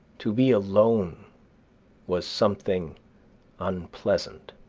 to be alone was something unpleasant.